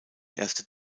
erste